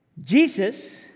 Jesus